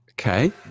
Okay